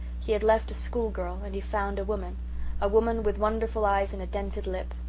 he had left a school girl, and he found a woman a woman with wonderful eyes and a dented lip,